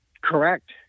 Correct